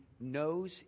knows